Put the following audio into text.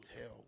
hell